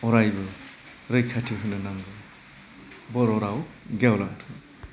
अरायबो रैखाथि होनो नांगौ बर' राव गेवलांथों